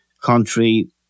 country